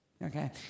okay